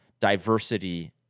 diversity